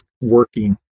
working